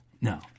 No